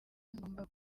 ngomba